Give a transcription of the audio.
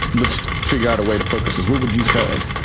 let's figure out a way to focus is what would you say?